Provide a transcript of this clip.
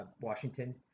Washington